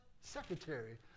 secretary